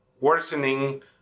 worsening